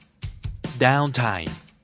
Downtime